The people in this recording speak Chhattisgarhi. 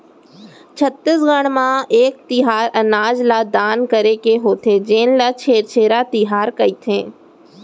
छत्तीसगढ़ म एक तिहार अनाज ल दान करे के होथे जेन ल छेरछेरा तिहार कहिथे